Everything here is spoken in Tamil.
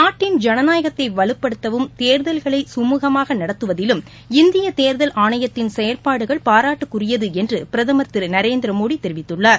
நாட்டின் ஜனநாயகத்தை வலுப்படுத்தவும் தேர்தல்களை சுமூகமாக நடத்துவதிலும் இந்திய தேர்தல் ஆணையத்தின் செயல்பாடுகள் பாராட்டுக்குரியது என்று பிரதமர் திரு நரேந்திர மோடி தெரிவித்துள்ளார்